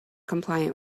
compliant